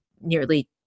nearly